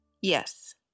Yes